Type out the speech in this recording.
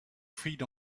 fed